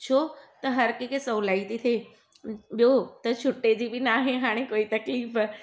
छो त हर कंहिंखे सहुलाई थी थे ॿियों त छुटे जी बि न आहे हाणे कोई तकलीफ़